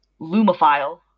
lumophile